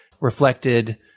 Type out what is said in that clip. reflected